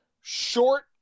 short